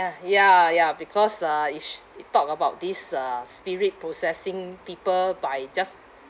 ~d ya ya because uh is it talk about this uh spirit possessing people by just